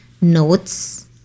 notes